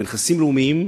בנכסים לאומיים,